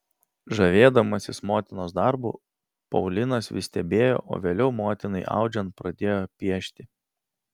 žavėdamasis motinos darbu paulinas vis stebėjo o vėliau motinai audžiant pradėjo piešti